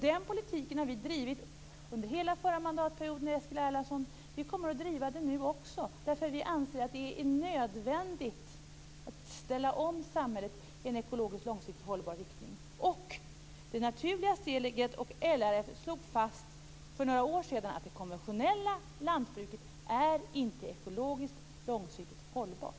Den politiken har vi drivit under hela förra mandatperioden, Eskil Erlandsson. Vi kommer att driva den nu också, därför att vi anser att det är nödvändigt att ställa om samhället i en ekologiskt, långsiktigt hållbar riktning, och Det naturliga steget och LRF slog för några år sedan fast att det konventionella lantbruket inte är ekologiskt, långsiktigt hållbart.